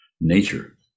nature